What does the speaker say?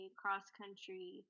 cross-country